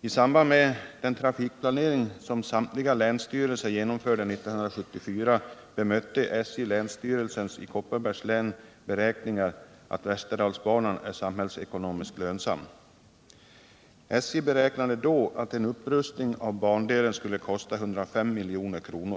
1974 bemötte SJ beräkningarna av länsstyrelsen i Kopparbergs län att Västerdalsbanan är samhällsekonomiskt lönsam. SJ beräknade då att en upprustning av bandelen skulle kosta 105 milj.kr.